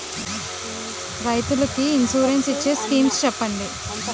రైతులు కి ఇన్సురెన్స్ ఇచ్చే స్కీమ్స్ చెప్పండి?